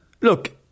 Look